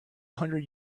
hundred